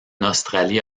australie